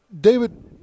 David